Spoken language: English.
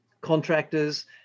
contractors